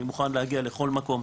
אני מוכן להגיע לכל מקום,